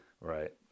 Right